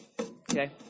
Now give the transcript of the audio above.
okay